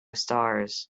stars